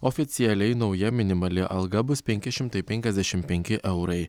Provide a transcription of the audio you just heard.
oficialiai nauja minimali alga bus penki šimtai penkiasdešimt penki eurai